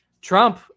Trump